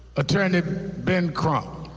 attorney ben crump.